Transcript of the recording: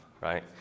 right